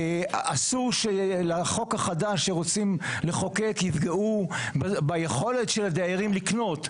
אסור שבחוק החדש שרוצים לחוקק יפגעו ביכולת של הדיירים לקנות,